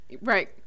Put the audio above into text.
right